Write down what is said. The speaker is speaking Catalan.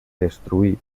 destruït